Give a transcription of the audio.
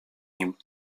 nim